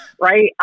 right